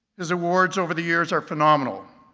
his awards over the years are phenomenal.